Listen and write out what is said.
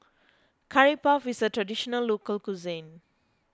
Curry Puff is a Traditional Local Cuisine